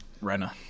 Renner